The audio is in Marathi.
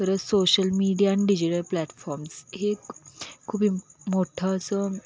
परत social media and digital platforms हे एक खूप इम मोठं असं